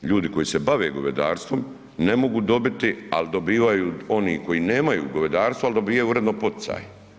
Ljudi koji se bave govedarstvom ne mogu dobiti ali dobivaju oni koji nemaju govedarstvo ali dobivaju uredno poticaje.